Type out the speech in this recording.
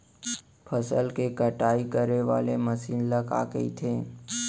फसल की कटाई करे वाले मशीन ल का कइथे?